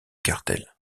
cartel